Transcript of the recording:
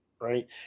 Right